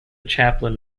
chaplain